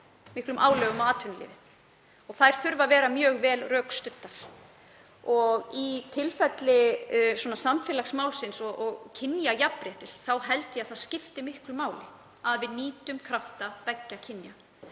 miklum álögum á atvinnulífið; þær þurfa þá að vera mjög vel rökstuddar. Í tilfelli samfélagsins og kynjajafnréttis þá held ég að það skipti miklu máli að við nýtum krafta beggja kynja.